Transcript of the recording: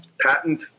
patent